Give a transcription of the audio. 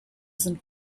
sind